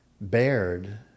bared